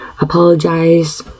apologize